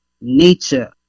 nature